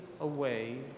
away